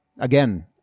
again